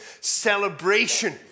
celebration